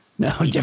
No